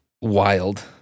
Wild